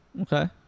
Okay